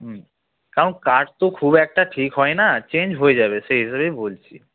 হুম কারণ কাজ তো খুব একটা ঠিক হয় না চেঞ্জ হয়ে যাবে সেই হিসেবেই বলছি